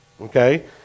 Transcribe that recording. Okay